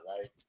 right